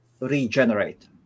regenerate